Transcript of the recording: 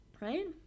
Right